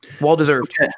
Well-deserved